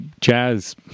jazz